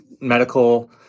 medical